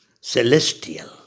Celestial